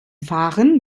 waren